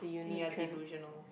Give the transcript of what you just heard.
then you are delusional